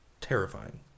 terrifying